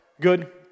Good